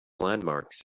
landmarks